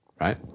right